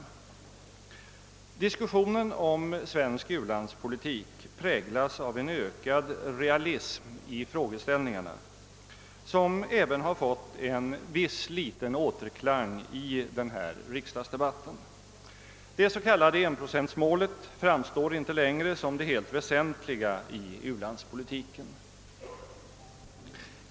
Diskussionen om den svenska u-landspolitiken präglas av en ökad realism i frågeställningarna som även har fått en viss återklang i denna riksdagsdebatt. Det så kallade 1-procentsmålet framstår inte längre som det helt väsentliga i u-landspolitiken.